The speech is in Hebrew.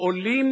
עולים